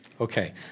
Okay